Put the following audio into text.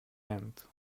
end